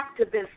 activist